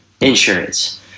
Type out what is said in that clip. insurance